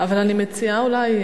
אבל אני מציעה אולי,